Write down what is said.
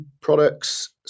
products